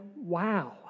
wow